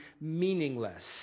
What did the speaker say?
meaningless